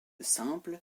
simple